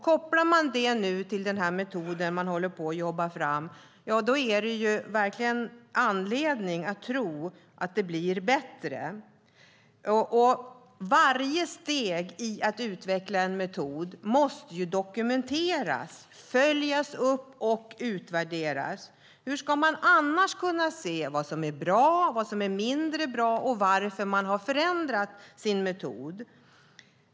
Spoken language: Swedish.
Kopplar vi det till den metod som man nu håller på att jobba fram finns det verkligen anledning att tro att det blir bättre. Varje steg i att utveckla en metod måste dokumenteras, följas upp och utvärderas. Hur ska man annars kunna se vad som är bra och mindre bra och varför man har förändrat sin metod?